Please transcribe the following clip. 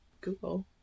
Google